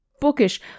bookish